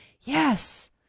Yes